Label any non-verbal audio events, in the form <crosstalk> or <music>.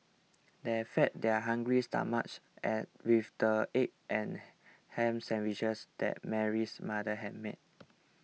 they fed their hungry stomachs <unintelligible> with the egg and <noise> ham sandwiches that Mary's mother had made